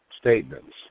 statements